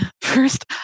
first